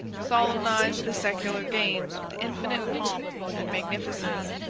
solemnized the secular games with infinite pomp and magnificence.